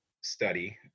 study